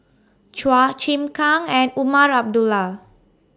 Chua Chim Kang and Umar Abdullah